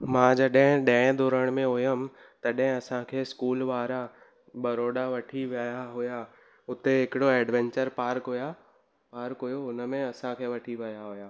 मांं जॾहिं ॾहें दोरण में हुयुमि तॾहिं असांखे स्कूल वारा वडोदरा वठी विया हुआ हुते हिकिड़ो एडवैंचर पार्क हुआ पार्क हुओ हुनमें असांखे वठी विया हुआ